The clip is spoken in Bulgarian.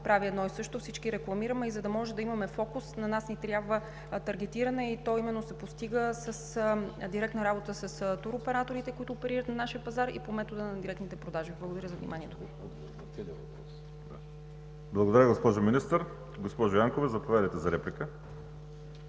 прави едно и също – всички рекламираме. За да може да имаме фокус, на нас ни трябва таргетиране и то се постига именно с директна работа с туроператорите, които оперират на нашия пазар, и по метода на директните продажби. Благодаря за вниманието. ПРЕДСЕДАТЕЛ ВАЛЕРИ СИМЕОНОВ: Благодаря, госпожо Министър. Госпожо Янкова, заповядайте за реплика.